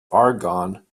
argonne